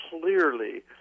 clearly